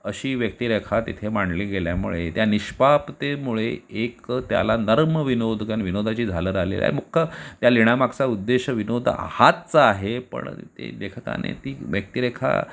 अशी व्यक्तिरेखा तिथे मांडली गेल्यामुळे त्या निष्पापतेमुळे एक त्याला नर्म विनोद कारण विनोदाची झालर आली आहे मुख्य त्या लिहिण्यामागचा उद्देश विनोद हाच आहे पण ते लेखकाने ती व्यक्तिरेखा